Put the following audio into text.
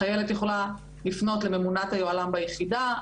אז חיילת יכולה לפנות לממונת היוהל"מ היחידה,